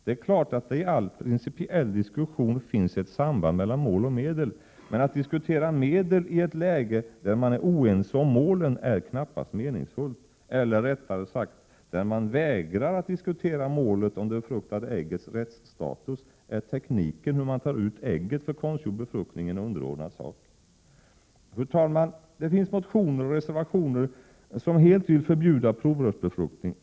Det är klart att det i all principiell diskussion finns ett samband mellan mål och medel. Men att diskutera medel i ett läge då man är oense om målen är knappast meningsfullt — eller rättare sagt, då man vägrar att diskutera målet, alltså det befruktade äggets rättsstatus, är tekniken hur man tar ut ägg för konstgjord befruktning en underordnad sak. Fru talman! Det finns motioner och reservationer som helt vill förbjuda provrörsbefruktning.